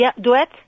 duet